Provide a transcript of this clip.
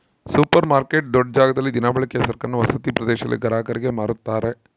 super market ದೊಡ್ಡ ಜಾಗದಲ್ಲಿ ದಿನಬಳಕೆಯ ಸರಕನ್ನು ವಸತಿ ಪ್ರದೇಶದಲ್ಲಿ ಗ್ರಾಹಕರಿಗೆ ಮಾರುತ್ತಾರೆ